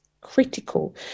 critical